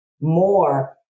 more